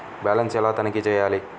Balance ఎలా తనిఖీ చేయాలి?